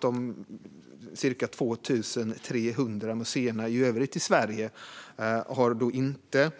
De ca 2 300 övriga museerna i Sverige har inte